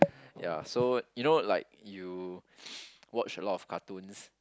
ya so you know like you watch a lot of cartoons